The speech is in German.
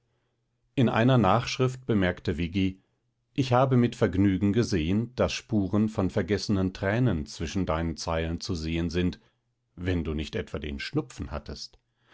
in einer nachschrift bemerkte viggi ich habe mit vergnügen gesehen daß spuren von vergossenen tränen zwischen deinen zeilen zu sehen sind wenn du nicht etwa den schnupfen hattest